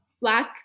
black